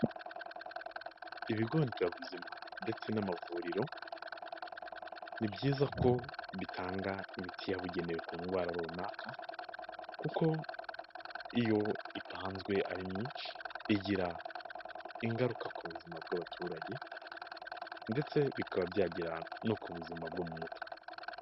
Ibigo nderabuzima ndetse n'amavuriro ni byiza ko bitanga imiti yabugenewe ku ndwara runaka kuko iyo itanzwe ari myinshi igira ingaruka ku buzima bw'abaturage ndetse bikaba byagera no ku buzima bwo mu mutwe.